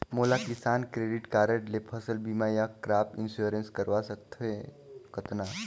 मोला किसान credit card ले फसल बीमा या क्रॉप इंश्योरेंस करवा सकथ हे कतना?